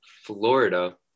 Florida